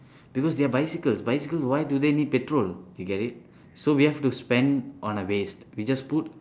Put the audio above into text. because they are bicycles bicycles why do they need petrol you get it so we have to spend on a waste we just put